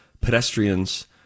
pedestrians